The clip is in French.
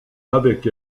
avec